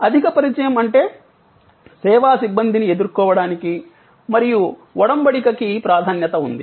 అధిక పరిచయం అంటే సేవా సిబ్బందిని ఎదుర్కోవడానికి మరియు ఒడంబడికకి ప్రాధాన్యత ఉంది